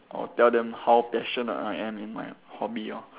or tell them how passionate I am in my hobby lor